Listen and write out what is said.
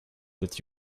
that